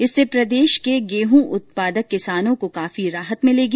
इससे प्रदेश के गेहूं उत्पादक किसानों को काफी राहत मिलेगी